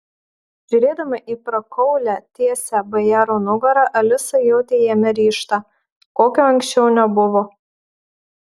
žiūrėdama į prakaulią tiesią bajaro nugarą alisa jautė jame ryžtą kokio anksčiau nebuvo